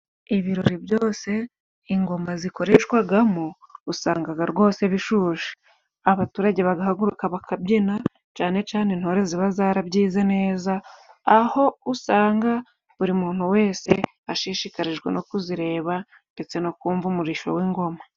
Ibirori byose ingoma zikoreshwagamo usangaga rwose bishushe. Abaturage bagahaguruka bakabyina cane cane intore ziba zarabyize neza, aho usanga buri muntu wese ashishikarijwe no kuzireba ndetse no kumva umurisho w'ingoma.